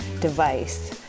device